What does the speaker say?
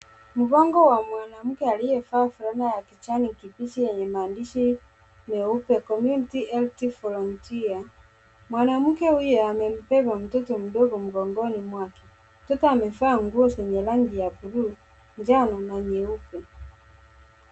Mgongo wa mwanamke aliyevaa fulana ya kijani kibichi yenye maandishi meupe community health volunteer . Mwanamke huyo amembeba mtoto mdogo mgongoni mwake. Mtoto amevaa nguo zenye rangi ya bluu, njano na nyeupe.